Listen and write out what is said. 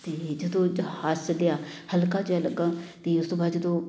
ਅਤੇ ਜਦੋਂ ਜਹਾਜ਼ ਚੱਲਿਆ ਹਲਕਾ ਜਿਹਾ ਲੱਗਾ ਅਤੇ ਉਸ ਤੋਂ ਬਾਅਦ ਜਦੋਂ ਮਤਲਬ